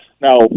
Now